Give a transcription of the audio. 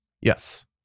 yes